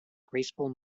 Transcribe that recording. graceful